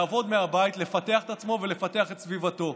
לעבוד מהבית, לפתח את עצמו ולפתח את סביבתו,